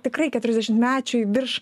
tikrai keturiasdešimtmečiai virš